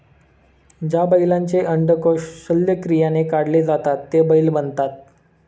ज्या बैलांचे अंडकोष शल्यक्रियाने काढले जातात ते बैल बनतात